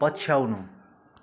पछ्याउनु